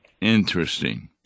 Interesting